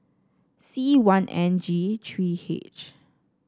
C one N G three H